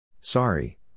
Sorry